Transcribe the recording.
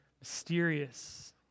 mysterious